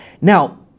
Now